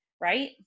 Right